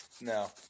No